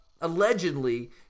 allegedly